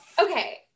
okay